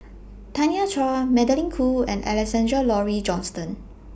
Tanya Chua Magdalene Khoo and Alexander Laurie Johnston